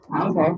okay